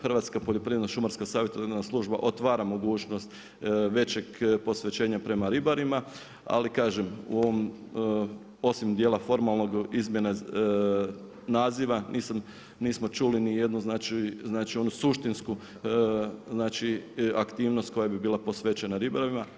Hrvatska poljoprivredno-šumarsko savjetodavna služba otvara mogućnost većeg posvećenja prema ribarima, ali kažem u ovom posebnom dijela formalnog izmjena naziva, nismo čuli ni jednu suštinsku aktivnost koja bi bila posvećena ribarima.